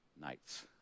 nights